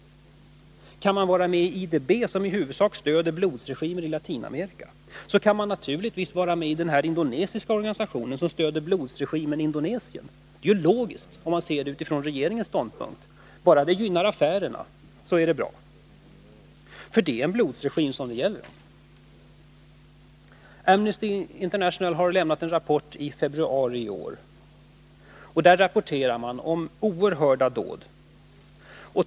Kan man vara med i IDB, som i huvudsak stöder blodsregimer i Latinamerika, kan man naturligtvis vara med i den indonesiska organisationen, som stöder blodsregimen i Indonesien. Det är 91 logiskt, om man ser det från regeringens ståndpunkt. Bara det gynnar affärerna är det bra. Det är en blodsregim det gäller. Amnesty International har i februari i år lämnat en rapport där man berättar om oerhörda dåd.